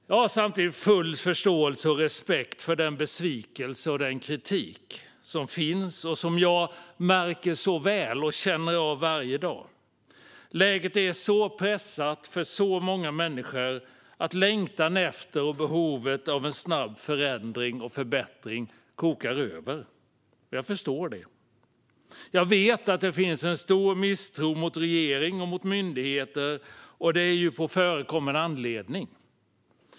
Jag har samtidigt full förståelse och respekt för den besvikelse och den kritik som finns och som jag märker så väl och känner av varje dag. Läget är så pressat för så många människor att längtan efter och behovet av en snabb förändring och förbättring kokar över. Jag förstår det. Jag vet att det finns en stor misstro mot regering och myndigheter, och det är på förekommen anledning.